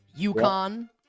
UConn